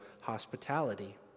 hospitality